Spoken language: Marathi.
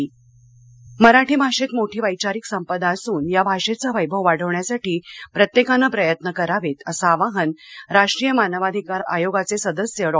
मुळे मराठी भाषेत मोठी वैचारिक संपदा असुन या भाषेचं वैभव वाढवण्यासाठी प्रत्येकानं प्रयत्न करावेत असं आवाहन राष्ट्रीय मानवाधिकार आयोगाचे सदस्य डॉ